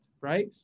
right